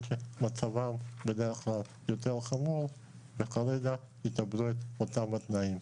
שמצבם בדרך כלל יותר חלש וכרגע יקבלו את אותם התנאים.